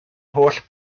holl